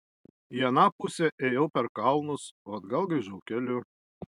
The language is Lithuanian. į aną pusę ėjau per kalnus o atgal grįžau keliu